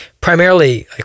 primarily